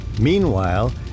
Meanwhile